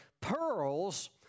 pearls